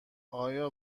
آیا